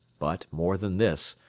but, more than this,